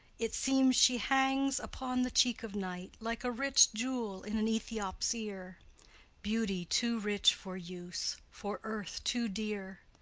it seems she hangs upon the cheek of night like a rich jewel in an ethiop's ear beauty too rich for use, for earth too dear!